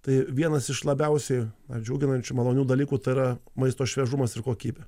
tai vienas iš labiausiai džiuginančių malonių dalykų tai yra maisto šviežumas ir kokybė